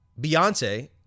Beyonce